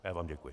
Já vám děkuji.